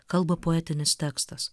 kalba poetinis tekstas